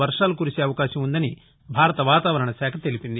వర్షాలు కురిసే అవకాశముందని భారత వాతావరణ శాఖ తెలిపింది